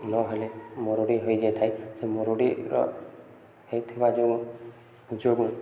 ନହେଲେ ମରୁଡ଼ି ହୋଇଯାଇଥାଏ ସେ ମରୁଡ଼ିର ହେଇଥିବା ଯୋଗୁଁ ଯୋଗୁଁ